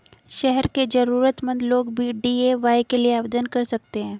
शहर के जरूरतमंद लोग भी डी.ए.वाय के लिए आवेदन कर सकते हैं